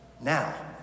now